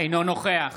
אינו נוכח